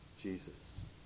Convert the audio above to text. Jesus